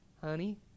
Honey